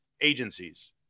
agencies